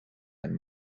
and